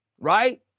right